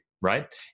right